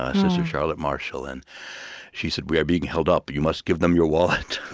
ah sister charlotte marshall, and she said, we are being held up. you must give them your wallet.